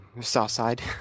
Southside